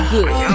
Good